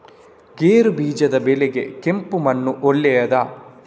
ಗೇರುಬೀಜದ ಬೆಳೆಗೆ ಕೆಂಪು ಮಣ್ಣು ಒಳ್ಳೆಯದಾ?